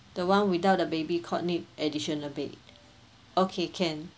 the one without a baby cot need additional bed okay can